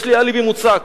יש לי אליבי מוצק.